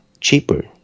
cheaper